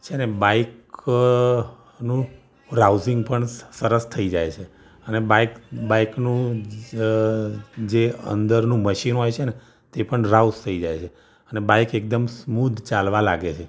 છે ને બાઇકનું રાઉઝિંગ પણ સરસ થઈ જાય છે અને બાઇક બાઇકનું જે અંદરનું મશીન હોય છે ને તે પણ રાઉઝ થઇ જાય છે અને બાઇક એકદમ સ્મૂધ ચાલવા લાગે છે